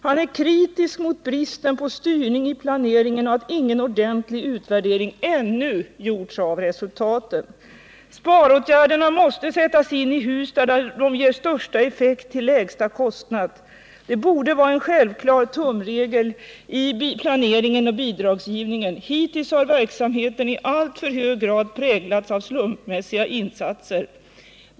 Han är kritisk mot bristen på styrning i planeringen och att ingen ordentlig utvärdering ännu gjorts av resultaten. - Sparåtgärderna måste sättas in i de hus där de ger största effekt till lägsta kostnad. Det borde vara en självklar tumregel i planeringen och bidragsgivningen. Hittills har verksamheten i alltför hög grad präglats av slumpmässiga insatser.